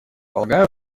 полагаю